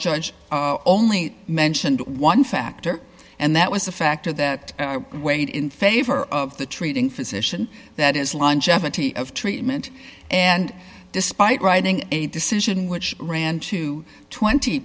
judge only mentioned one factor and that was a factor that weighed in favor of the treating physician that is longevity of treatment and despite writing a decision which ran to twenty